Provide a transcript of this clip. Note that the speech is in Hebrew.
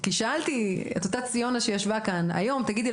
שאלתי את ציונה שישבה כאן: היום תגידי